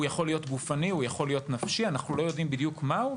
הוא יכול להיות גופני או נפשי; אנחנו לא יודעים בדיוק מהו,